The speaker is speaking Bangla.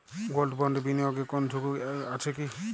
গোল্ড বন্ডে বিনিয়োগে কোন ঝুঁকি আছে কি?